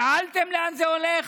שאלתם לאן זה הולך?